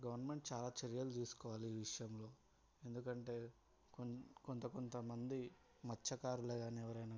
government చాలా చర్యలు తీసుకోవాలి ఈ విషయంలో ఎందుకంటే కొం కొంత కొంతమంది మత్స్యకారులే కాని ఎవరైనా కాని